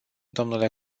dle